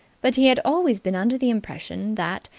but he had always been under the impression that,